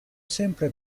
sempre